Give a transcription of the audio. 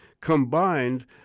combined